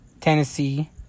Tennessee